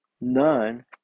None